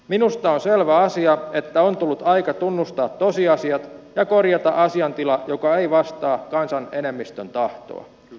minusta on selvä asia että on tullut aika tunnustaa tosiasiat ja korjata asiantila joka ei vastaa kansan enemmistön tahtoa